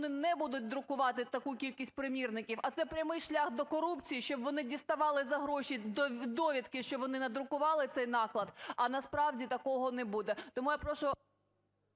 вони не будуть друкувати таку кількість примірників, а це прямий шлях до корупції, щоб вони діставали за гроші довідки, що вони надрукували цей наклад, а насправді такого не буде.